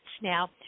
Now